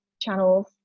channels